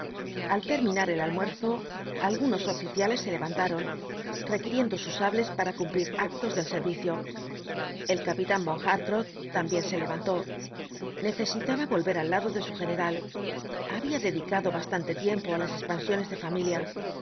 al terminar el almuerzo algunos oficiales se levantaron i equiriendo sus sables para cumplir actos del servicio el capitán von hartrott también se levantó necesitaba volver al lado de su general había dedicado bastante tiempo á las expansiones de familia